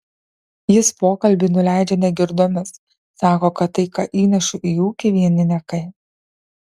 jis pokalbį nuleidžia negirdomis sako kad tai ką įnešu į ūkį vieni niekai